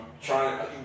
trying